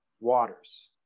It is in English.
waters